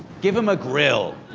give them a grill.